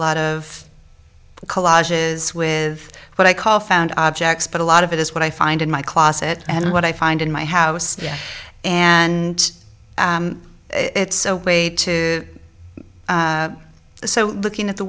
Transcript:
lot of collages with what i call found objects but a lot of it is what i find in my closet and what i find in my house and it's a way to so looking at the